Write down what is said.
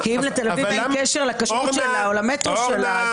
אם לתל אביב אין קשר לכשרות שלה או למטרו שלה,